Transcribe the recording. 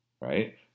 Right